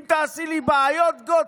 אם תעשי לי בעיות, גוֹטְליב,